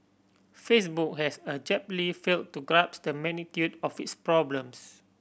Facebook has abjectly fail to grasp the magnitude of its problems